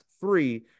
three